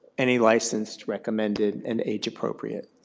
any licensed recommended and age appropriate?